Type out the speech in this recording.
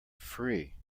free